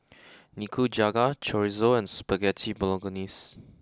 Nikujaga Chorizo and Spaghetti Bolognese